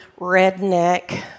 redneck